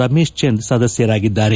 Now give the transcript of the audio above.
Ramesh Chand ಸದಸ್ಟರಾಗಿದ್ದಾರೆ